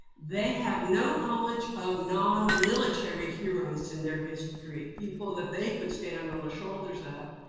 they have no knowledge of non-military heroes in their history. people that they could stand on the shoulders of.